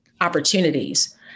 opportunities